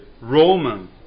Roman